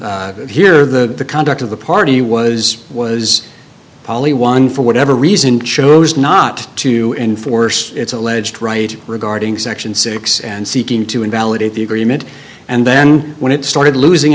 here the conduct of the party was was probably one for whatever reason chose not to enforce its alleged right regarding section six and seeking to invalidate the agreement and then when it started losing